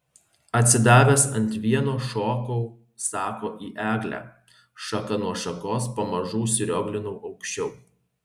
atsidavęs ant vieno šokau sako į eglę šaka nuo šakos pamažu užsirioglinau aukščiau